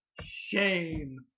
Shame